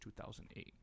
2008